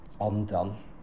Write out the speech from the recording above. undone